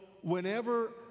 whenever